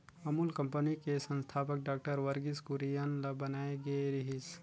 Amul company के संस्थापक doctor Verghese Kurien ल बनाए गे रिहिस